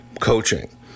coaching